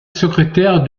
secrétaire